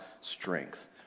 strength